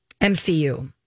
MCU